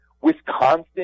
Wisconsin